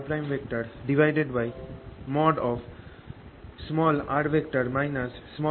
3dV